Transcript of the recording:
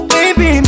Baby